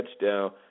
touchdown